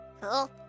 Cool